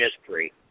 history